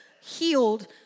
healed